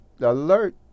alert